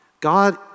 God